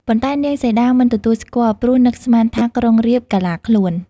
ប៉ុន្តែនាងសីតាមិនទទួលស្គាល់ ព្រោះនឹកស្មានថា ក្រុងរាពណ៍កាឡាខ្លួន។